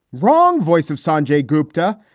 wrong voice of sanjay gupta.